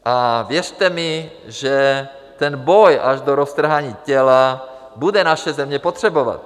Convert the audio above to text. A věřte mi, že ten boj až do roztrhání těla bude naše země potřebovat.